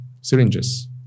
syringes